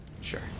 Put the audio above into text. Sure